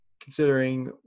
considering